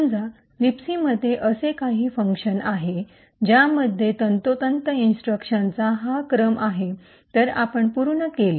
समजा लिबसीमध्ये असे काही फंक्शन आहे ज्यामध्ये तंतोतंत इन्स्ट्रक्शनचा हा क्रम आहे तर आपण पूर्ण केले